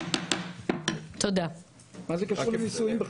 מה זה קשור בכלל לנישואים?